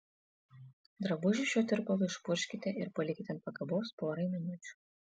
drabužį šiuo tirpalu išpurkškite ir palikite ant pakabos porai minučių